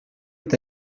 est